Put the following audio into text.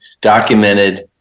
documented